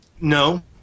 No